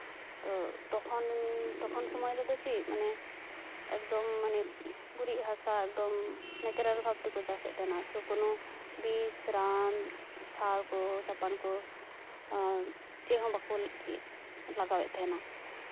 ᱛᱚ ᱛᱚᱠᱷᱚᱱ ᱥᱚᱢᱚᱭ ᱨᱮᱫᱚ ᱪᱮᱫ ᱢᱟᱱᱮ ᱮᱠᱫᱚᱢ ᱢᱟᱱᱮ ᱜᱩᱨᱤᱡ ᱦᱟᱥᱟ ᱮᱠᱫᱚᱢ ᱱᱮᱪᱟᱨᱮᱹᱞ ᱵᱷᱟᱵ ᱛᱮᱠᱚ ᱪᱟᱥᱮᱫ ᱛᱟᱦᱮᱱᱟ ᱟᱨᱠᱤ ᱠᱳᱱᱳ ᱵᱤᱥ ᱨᱟᱱ ᱥᱟᱨ ᱠᱚ ᱪᱟᱯᱟᱱ ᱠᱚ ᱪᱮᱫ ᱵᱟᱠᱚ ᱤᱭᱟᱹ ᱞᱟᱜᱟᱣᱮᱫ ᱛᱟᱦᱮᱱᱟ